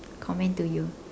command to you